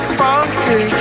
funky